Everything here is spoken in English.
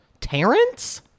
Terrence